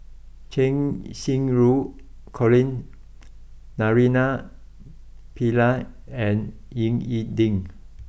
Cheng Xinru Colin Naraina Pillai and Ying E Ding